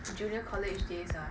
damn fast you know